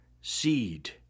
seed